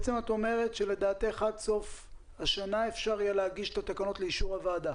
את אומרת שלדעתך עד סוף השנה אפשר יהיה להגיש את התקנות לאישור הוועדה.